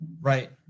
Right